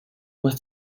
was